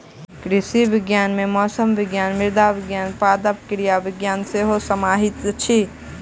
कृषि विज्ञान मे मौसम विज्ञान, मृदा विज्ञान, पादप क्रिया विज्ञान सेहो समाहित अछि